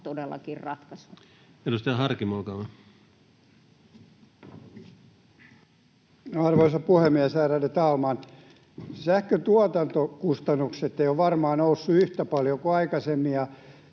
todellakin ratkaisu. Edustaja Harkimo, olkaa hyvä. Arvoisa puhemies, ärade talman! Sähkön tuotantokustannukset eivät ole varmaan nousseet yhtä paljon kuin aikaisemmin,